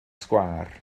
sgwâr